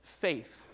faith